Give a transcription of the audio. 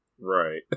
Right